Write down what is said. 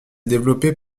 développé